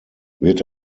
wird